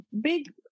big